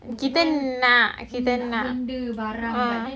kita nak kita nak